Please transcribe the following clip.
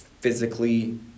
physically